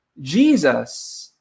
Jesus